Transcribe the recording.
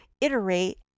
iterate